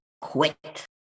quit